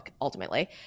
ultimately